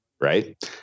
Right